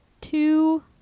two